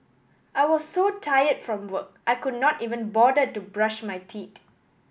I was so tired from work I could not even bother to brush my teeth